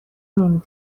نمی